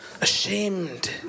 ashamed